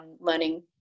learning